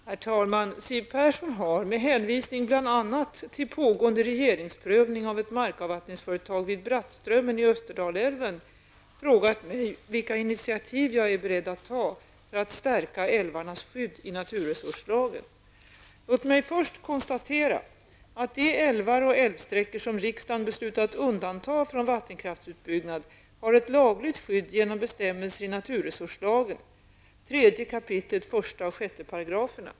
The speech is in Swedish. Herr talman! Siw Persson har, med hänvisning bl.a. Österdalälven, frågat mig vilka initiativ jag är beredd att ta för att stärka älvarnas skydd i naturresurslagen. Låt mig först konstatera att de älvar och älvsträckor som riksdagen beslutat undanta från vattenkraftsutbyggnad har ett lagligt skydd genom bestämmelser i naturresurslagen 3 kap. 1 och 6 §§.